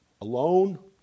alone